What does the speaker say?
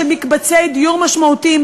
של מקבצי דיור משמעותיים,